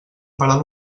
parar